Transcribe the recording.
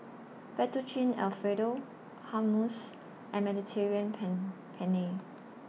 Fettuccine Alfredo Hummus and Mediterranean Pen Penne